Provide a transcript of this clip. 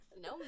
No